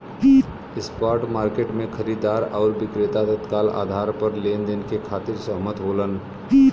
spot market में खरीदार आउर विक्रेता तत्काल आधार पर लेनदेन के खातिर सहमत होलन